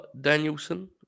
Danielson